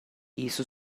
isso